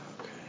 Okay